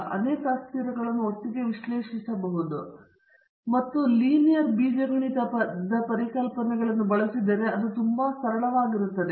ನೀವು ಅನೇಕ ಅಸ್ಥಿರಗಳನ್ನು ಒಟ್ಟಿಗೆ ವಿಶ್ಲೇಷಿಸಬಹುದು ಮತ್ತು ನೀವು ಲೀನಿಯರ್ ಬೀಜಗಣಿತ ಪರಿಕಲ್ಪನೆಗಳನ್ನು ಬಳಸಿದರೆ ಅದು ತುಂಬಾ ಸರಳವಾಗಿರುತ್ತದೆ